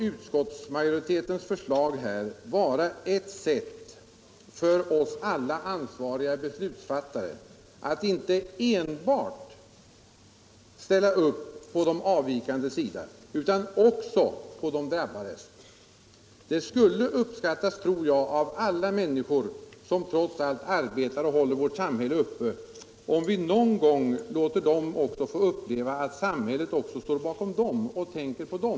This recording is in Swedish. Utskottsmajoritetens förslag kan också vara ett sätt för oss alla ansvariga beslutsfattare att inte enbart ställa upp på de avvikandes sida utan också på de drabbades. Det skulle helt säkert uppskattas av alla människor, som trots allt arbetar och håller vårt samhälle uppe, om vi någon gång låter dem få uppleva att samhället även står bakom dem.